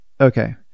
Okay